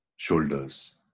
shoulders